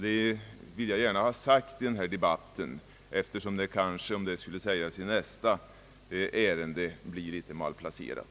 Det vill jag gärna ha sagt i denna debatt eftersom det kanske, om det skulle sägas i nästa ärende, blir litet malplacerat.